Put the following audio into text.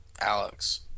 Alex